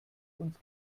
und